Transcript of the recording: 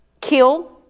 kill